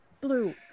blue